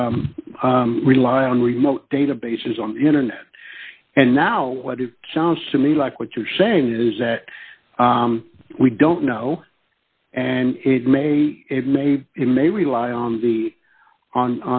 rely on remote databases on the internet and now what it sounds to me like what you're saying is that we don't know and it may it may be you may rely on the on